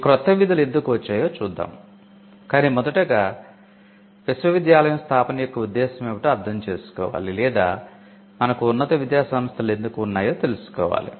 ఈ క్రొత్త విధులు ఎందుకు వచ్చాయో చూద్దాం కాని మొదటగా విశ్వవిద్యాలయం స్థాపన యొక్క ఉద్దేశ్యం ఏమిటో అర్థం చేసుకోవాలి లేదా మనకు ఉన్నత విద్యాసంస్థలు ఎందుకు ఉన్నాయో తెలుసుకోవాలి